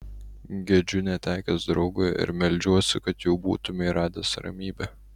gedžiu netekęs draugo ir meldžiuosi kad jau būtumei radęs ramybę